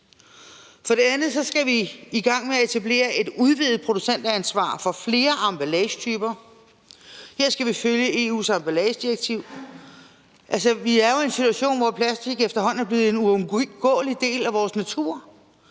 For det andet skal vi i gang med at etablere et udvidet producentansvar for flere emballagetyper. Her skal vi følge EU's emballagedirektiv. Altså, vi er jo i en situation, hvor plastik efterhånden er blevet en uundgåelig del af vores natur.